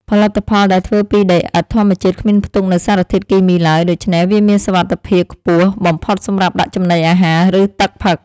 ផលិតផលដែលធ្វើពីដីឥដ្ឋធម្មជាតិគ្មានផ្ទុកនូវសារធាតុគីមីឡើយ ដូច្នេះ វាមានសុវត្ថិភាពខ្ពស់បំផុតសម្រាប់ដាក់ចំណីអាហារ ឬ ទឹកផឹក។